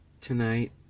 tonight